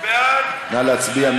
נא להצביע.